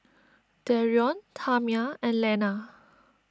Darrion Tamia and Lenna